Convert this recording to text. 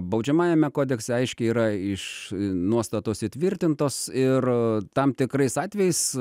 baudžiamajame kodekse aiškiai yra iš nuostatos įtvirtintos ir tam tikrais atvejais